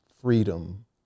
freedom